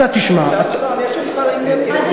תשמע, מה,